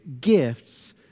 gifts